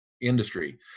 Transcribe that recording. industry